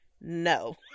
no